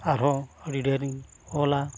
ᱟᱨᱦᱚᱸ ᱟᱹᱰᱤ ᱰᱷᱮᱹᱨ ᱤᱧ ᱚᱞᱟ